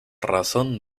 razón